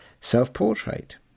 self-portrait